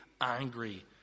angry